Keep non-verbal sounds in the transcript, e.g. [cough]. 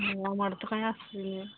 [unintelligible] ଆମ ଆଡ଼କୁ ତ କାଇଁ ଆସୁନି